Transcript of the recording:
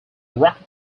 rocket